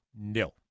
no